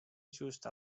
just